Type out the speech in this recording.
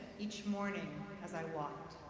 each morning as i walked.